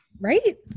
Right